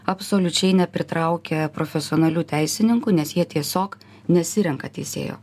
absoliučiai nepritraukia profesionalių teisininku nes jie tiesiog nesirenka teisėjo